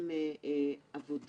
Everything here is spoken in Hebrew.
במשרד הפרטי כבר יש יועץ.